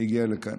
הגיע לכאן.